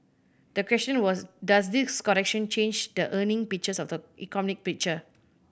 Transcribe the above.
the question was does this correction change the earning picture or the economic picture